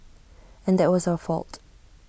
and that was our fault